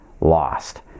Lost